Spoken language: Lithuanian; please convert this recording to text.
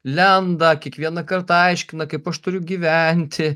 lenda kiekvieną kartą aiškina kaip aš turiu gyventi